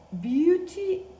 Beauty